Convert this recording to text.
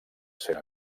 cent